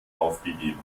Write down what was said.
aufgegeben